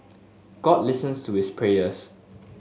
god listens to his prayers